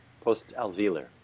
Post-alveolar